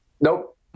Nope